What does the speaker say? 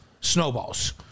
snowballs